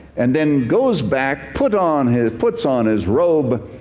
and then goes back, put on his puts on his robe,